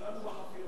יישר כוח,